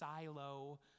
silo